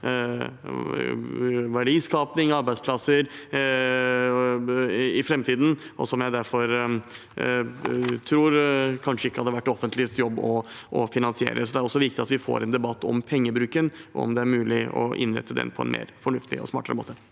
verdiskaping og arbeidsplasser i framtiden, og som jeg derfor tror kanskje ikke hadde vært det offentliges jobb å finansiere. Derfor er det også viktig at vi får en debatt om pengebruken og om det er mulig å innrette den på en mer fornuftig og smartere måte.